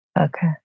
Okay